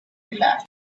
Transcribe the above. relaxed